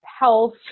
health